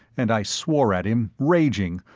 and i swore at him, raging,